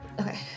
Okay